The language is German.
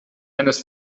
eines